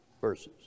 verses